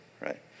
right